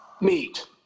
meet